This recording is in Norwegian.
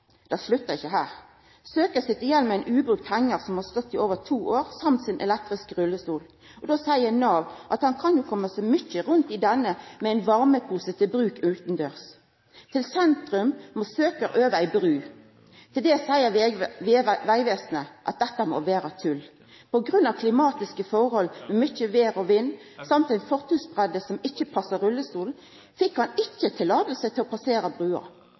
Det sluttar ikkje her. Søkjaren sit igjen med ein ubrukt hengar, som har stått i over to år, og sin elektriske rullestol. Då seier Nav at han kan koma seg mykje rundt i denne med ein varmepose til bruk utandørs. Til sentrum må søkjaren over ei bru. Til det seier Vegvesenet at dette må vera tull. På grunn av klimatiske forhold med mykje vêr og vind og ei fortausbreidd som ikkje passar rullestolen, fekk han ikkje løyve til å passera